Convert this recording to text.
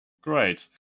Great